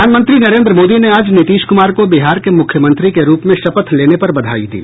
प्रधानमंत्री नरेन्द्र मोदी ने आज नीतीश कुमार को बिहार के मुख्यमंत्री के रूप में शपथ लेने पर बधाई दी